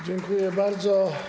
Dziękuję bardzo.